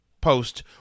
post